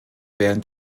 während